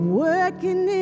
working